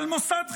של מוסד חינוך.